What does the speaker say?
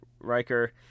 Riker